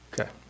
Okay